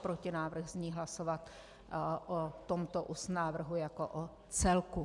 Protinávrh zní hlasovat o tomto návrhu jako o celku.